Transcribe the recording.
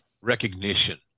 recognition